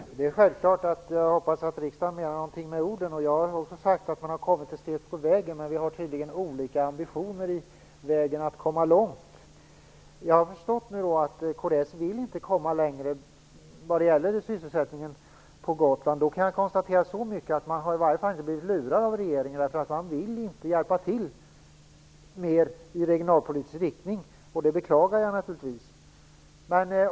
Herr talman! Det är självklart att jag hoppas att riksdagen menar någonting med orden. Jag har också sagt att man har kommit ett steg på vägen, men vi har tydligen olika ambitioner. Jag har förstått att kds inte vill komma längre vad gäller sysselsättningen på Gotland. Jag kan konstatera att man i varje fall inte har blivit lurad av regeringen. Man vill inte hjälpa till mer i regionalpolitisk riktning, och det beklagar jag naturligtvis.